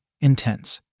intense